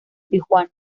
tijuana